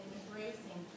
embracing